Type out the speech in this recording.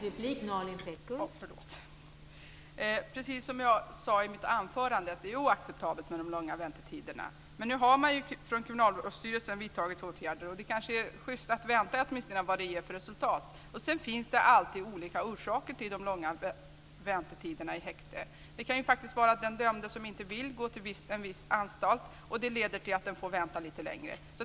Fru talman! Precis som jag sade i mitt anförande är det oacceptabelt med de långa väntetiderna. Men nu har man ju från Kriminalvårdsstyrelsen vidtagit åtgärder, och det kanske är schysst att vänta för att se vad det ger för resultat. Sedan finns det alltid olika orsaker till de långa väntetiderna i häktet. Det kan ju faktiskt vara den dömde som inte vill gå till en viss anstalt, och det leder till att man får vänta lite längre.